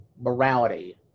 morality